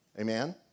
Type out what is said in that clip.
Amen